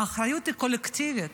האחריות היא קולקטיבית,